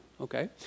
Okay